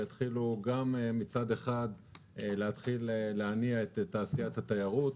גם מצד אחד להתחיל להניע את תעשיית התיירות,